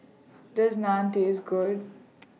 Does Naan Taste Good